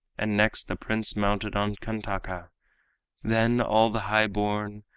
and next the prince mounted on kantaka then all the high-born,